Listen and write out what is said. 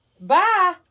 Bye